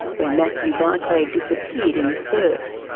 when matthew barclay disappeared in the surf,